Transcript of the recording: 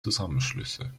zusammenschlüsse